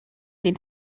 den